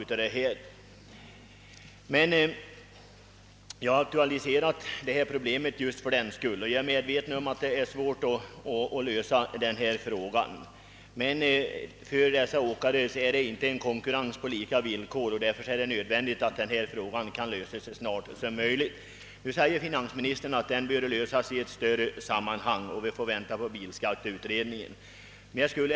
Som jag sade är jag medveten om att det är svårt att lösa frågan. Men då det för ifrågavarande åkare inte är konkurrens på lika villkor är det nödvändigt att frågan löses så snart som möjligt. Finansministern säger i sitt svar att den bör lösas i ett större sammanhang och att vi bör avvakta resultatet av bilskatteutredningens arbete.